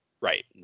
Right